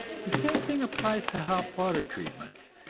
the same thing applies to hot water treatments,